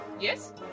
Yes